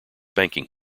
banking